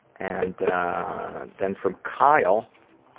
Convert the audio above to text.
and then from kyle,